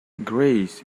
greece